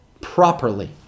properly